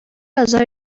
آزار